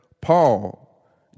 Paul